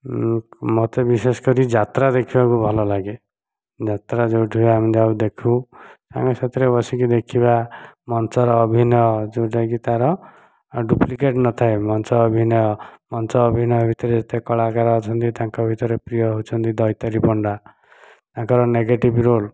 ଉଁ ମୋତେ ବିଶେଷ କରି ଯାତ୍ରା ଦେଖିବାକୁ ଭଲ ଲାଗେ ଯାତ୍ରା ଯେଉଁଠି ଆମେ ଯାଉ ଦେଖୁ ସାଙ୍ଗସାଥି ସହ ଦେଖିବା ମଞ୍ଚର ଅଭିନୟ ଯେଉଁଟା କି ତାର ଡୁପ୍ଲିକେଟ୍ ନ ଥାଏ ମଞ୍ଚ ଅଭିନୟ ମଞ୍ଚ ଅଭିନୟ ଭିତରେ ଯେତେ କଳାକାର ଅଛନ୍ତି ତାଙ୍କ ଭିତରେ ପ୍ରିୟ ହେଉଛନ୍ତି ଦୈତାରୀ ପଣ୍ଡା ତାଙ୍କର ନେଗେଟିଭ୍ ରୋଲ୍